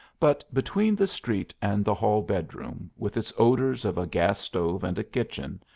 but between the street and the hall bedroom, with its odors of a gas-stove and a kitchen,